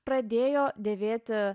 pradėjo dėvėti